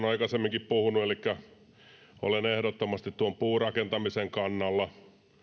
aikaisemminkin puhunut elikkä olen ehdottomasti tuon puurakentamisen kannalla